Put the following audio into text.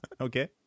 Okay